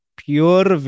pure